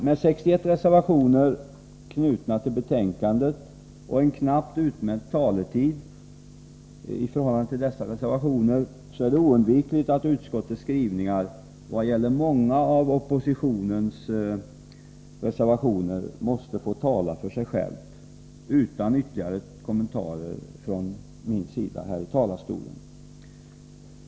Med 61 reservationer knutna till betänkandet och, i förhållande till detta antal, en knappt utmätt taletid är det oundvikligt att utskottets skrivningar i vad gäller många av oppositionens reservationer måste få tala för sig själva utan ytterligare kommentarer från min sida här i talarstolen.